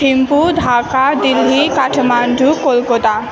Thimphu Dhaka Delhi Kathmandu Kolkata